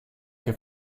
che